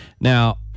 Now